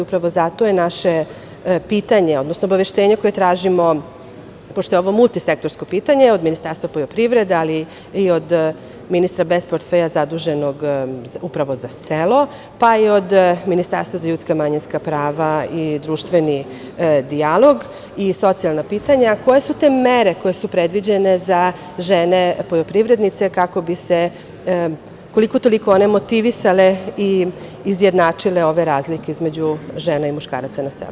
Upravo zato je naše pitanje, odnosno obaveštenje koje tražimo pošto je ovo multisektorsko pitanje od Ministarstva poljoprivrede, ali i od ministra bez portfelja zaduženog upravo za selo, pa i od Ministarstva za ljudska i manjinska prava i društveni dijalog i socijalna pitanja koja su te mere koje su predviđene za žene poljoprivrednice kako bi se koliko, toliko one motivisale i izjednačile ove razlike između žena i muškaraca na selu.